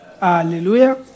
Hallelujah